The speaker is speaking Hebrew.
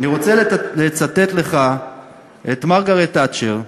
אני רוצה לצטט לך את מרגרט תאצ'ר,